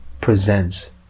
presents